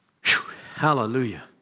Hallelujah